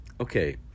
Okay